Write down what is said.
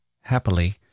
happily